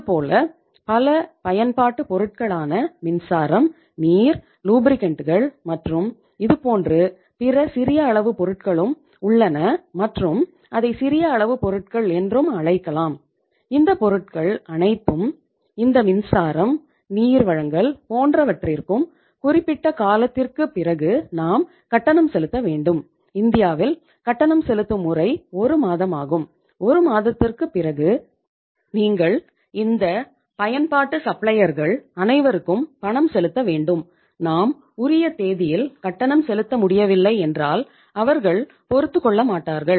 இதேபோல் பல பயன்பாட்டு பொருட்களான மின்சாரம் நீர் லூப்ரிகண்டுகள் அனைவருக்கும் பணம் செலுத்த வேண்டும் நாம் உரிய தேதியில் கட்டணம் செலுத்த முடியவில்லை என்றால் அவர்கள் பொறுத்துக்கொள்ள மாட்டார்கள்